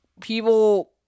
people